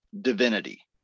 divinity